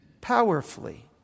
Powerfully